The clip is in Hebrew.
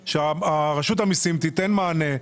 קילומטר, שרשות המיסים תיתן מענה.